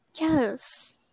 Yes